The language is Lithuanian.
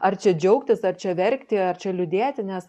ar čia džiaugtis ar čia verkti ar čia liūdėti nes